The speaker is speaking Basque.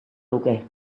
luke